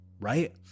right